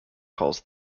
calls